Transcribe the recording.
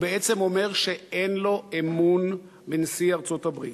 הוא בעצם אומר שאין לו אמון בנשיא ארצות-הברית.